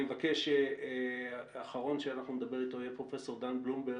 אני מבקש שהאחרון שאנחנו נדבר איתו יהיה פרופ' דן בלומברג,